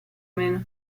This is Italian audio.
meno